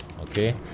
okay